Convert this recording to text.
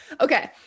Okay